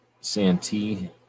Santee